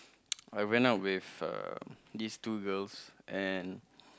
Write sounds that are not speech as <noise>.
<noise> I went out with uh this two girls and